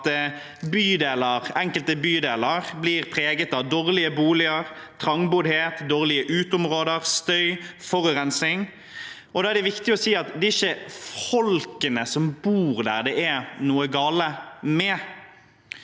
at enkelte bydeler blir preget av dårlige boliger, trangboddhet, dårlige uteområder, støy og forurensning. Da er det viktig å si at det ikke er folkene som bor der, det er noe galt med.